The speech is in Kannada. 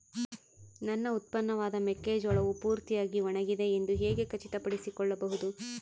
ನನ್ನ ಉತ್ಪನ್ನವಾದ ಮೆಕ್ಕೆಜೋಳವು ಪೂರ್ತಿಯಾಗಿ ಒಣಗಿದೆ ಎಂದು ಹೇಗೆ ಖಚಿತಪಡಿಸಿಕೊಳ್ಳಬಹುದು?